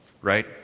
right